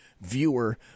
viewer